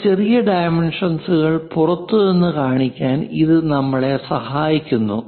ഈ ചെറിയ ഡൈമെൻഷൻസ്കൾ പുറത്തു നിന്ന് കാണിക്കാൻ ഇത് നമ്മളെ സഹായിക്കുന്നു